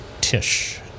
Tish